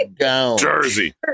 Jersey